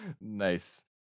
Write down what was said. Nice